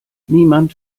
niemand